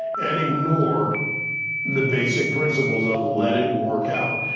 and ignore the basic principles of let it work out,